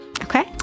Okay